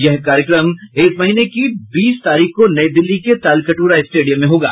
यह कार्यक्रम इस महीने की बीस तारीख को नई दिल्ली के तालकटोरा स्टेडियम में होगा